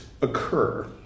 occur